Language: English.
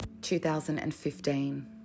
2015